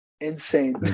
insane